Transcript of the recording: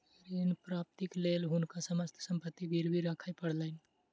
ऋण प्राप्तिक लेल हुनका समस्त संपत्ति गिरवी राखय पड़लैन